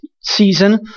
season